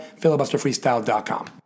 filibusterfreestyle.com